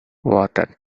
water